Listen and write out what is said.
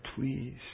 please